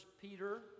Peter